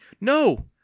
No